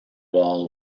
wall